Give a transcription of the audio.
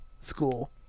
school